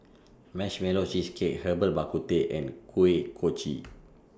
Marshmallow Cheesecake Herbal Bak Ku Teh and Kuih Kochi